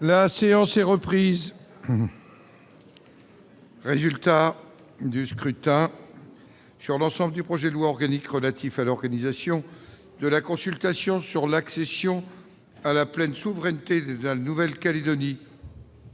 au scrutin public solennel sur l'ensemble du projet de loi organique relatif à l'organisation de la consultation sur l'accession à la pleine souveraineté de la Nouvelle-Calédonie,